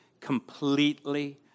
completely